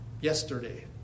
yesterday